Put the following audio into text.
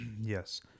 Yes